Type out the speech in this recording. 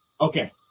Okay